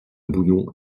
bouillon